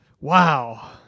wow